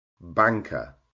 Banker